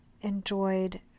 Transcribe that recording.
enjoyed